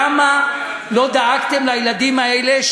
למה לא דאגתם לילדים האלה,